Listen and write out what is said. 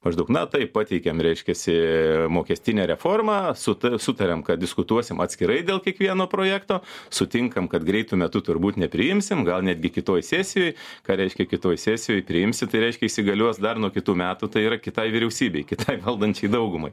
maždaug na taip pateikėm reiškiasi mokestinę reformę suta sutarėm kad diskutuosim atskirai dėl kiekvieno projekto sutinkam kad greitu metu turbūt nepriimsim gal netgi kitoj sesijoj ką reiškia kitoj sesijoj priimsi tai reiškia įsigalios dar nuo kitų metų tai yra kitai vyriausybei kitai valdančiai daugumai